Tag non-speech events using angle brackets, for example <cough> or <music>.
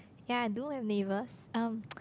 ya I do have neighbours um <noise>